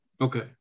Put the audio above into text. okay